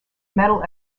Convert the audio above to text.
metal